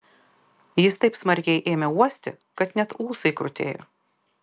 jis taip smarkiai ėmė uosti kad net ūsai krutėjo